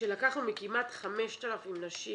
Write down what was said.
-- שלקחנו מכמעט 5,000 נשים